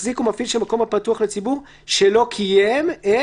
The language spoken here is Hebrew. מחזיק או מפעיל של מקום הפתוח לציבור שלא קיים את